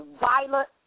violent